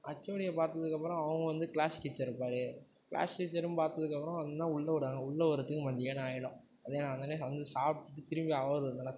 ஹச்ஓடியை பார்த்ததுக்கப்றோம் அவங்க வந்து கிளாஸ் டீச்சரை பார் கிளாஸ் டீச்சரும் பார்த்ததுக்கப்றோம் பார்த்திங்கன்னா உள்ளே விடுவாங்க உள்ளே வரத்துக்கு மத்தியானம் ஆகிடும் மத்தியானம் ஆனோடன்னே வந்து சாப்பிட்டுட்டு திரும்பி அவர் நடக்கும்